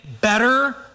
better